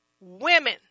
women